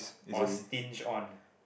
or stinge on